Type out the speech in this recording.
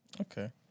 Okay